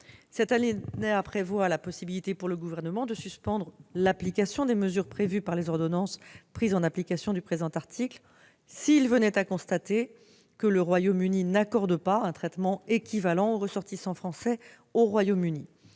L'alinéa 16 prévoit la possibilité pour le Gouvernement de suspendre l'application des mesures prévues par les ordonnances prises en application du présent article s'il venait à constater que le Royaume-Uni n'accorde pas un traitement équivalent aux ressortissants français au Royaume-Uni.